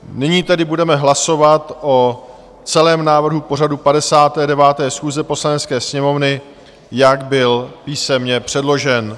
Nyní tedy budeme hlasovat o celém návrhu pořadu 59. schůze Poslanecké sněmovny, jak byl písemně předložen.